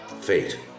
Fate